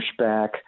pushback